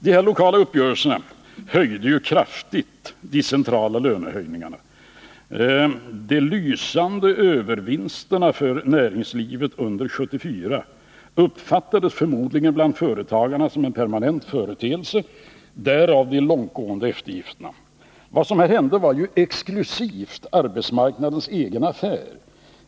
Dessa lokala uppgörelser höjde kraftigt de löner som man hade kommit fram till vid de centrala förhandlingarna. De lysande övervinsterna för näringslivet under 1974 uppfattades förmodligen bland företagarna som en permanent företeelse, därav de långtgående eftergifterna. Vad som här hände var exklusivt arbetsmarknadens egen affär.